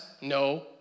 no